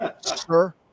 Sir